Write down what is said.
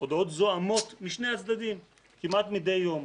הודעות זועמות משני הצדדים, כמעט מדי יום,